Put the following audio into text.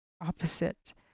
opposite